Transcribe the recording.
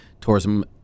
tourism